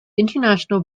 international